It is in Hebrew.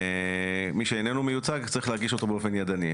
ומי שאיננו מיוצג צריך להגיש אותו באופן ידני.